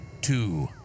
Two